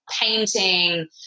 painting